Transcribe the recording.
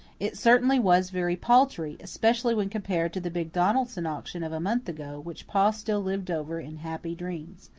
it certainly was very paltry, especially when compared to the big donaldson auction of a month ago, which pa still lived over in happy dreams.